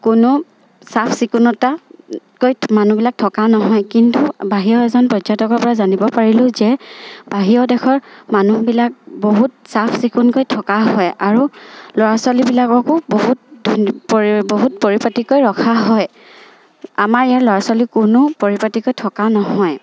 কোনো চাফ চিকুণকৈ মানুহবিলাক থকা নহয় কিন্তু বাহিৰৰ এজন পৰ্যটকৰপৰা জানিব পাৰিলোঁ যে বাহিৰৰ দেশৰ মানুহবিলাক বহুত চাফ চিকুণকৈ থকা হয় আৰু ল'ৰা ছোৱালীবিলাককো বহুত পৰি বহুত পৰিপটিকৈ ৰখা হয় আমাৰ ইয়াৰ ল'ৰা ছোৱালী কোনো পৰিপটিকৈ থকা নহয়